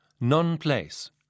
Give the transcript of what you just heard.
non-place